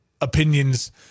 opinions